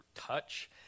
touch